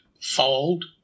fold